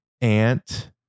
aunt